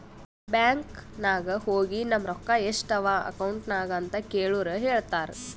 bank ನಾಗ್ ಹೋಗಿ ನಮ್ ರೊಕ್ಕಾ ಎಸ್ಟ್ ಅವಾ ಅಕೌಂಟ್ನಾಗ್ ಅಂತ್ ಕೇಳುರ್ ಹೇಳ್ತಾರ್